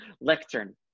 lectern